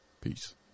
Peace